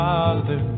Father